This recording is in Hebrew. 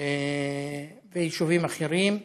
וביישובים אחרים,